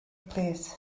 plîs